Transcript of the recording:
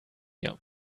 mir